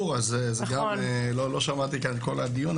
אני גם הגעתי באיחור אז גם לא שמעתי כאן את כל הדיון,